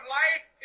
life